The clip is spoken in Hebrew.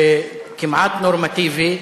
כמעט נורמטיבי.